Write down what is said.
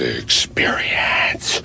experience